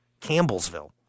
Campbellsville